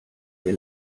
wir